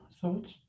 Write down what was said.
thoughts